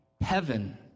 Heaven